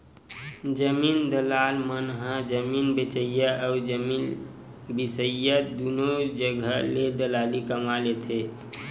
जमीन दलाल मन ह जमीन बेचइया अउ जमीन बिसईया दुनो जघा ले दलाली कमा लेथे